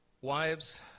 Wives